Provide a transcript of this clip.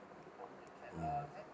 mm